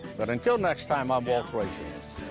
but until next time, i'm walt grayson.